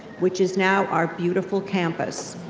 which is now our beautiful campus.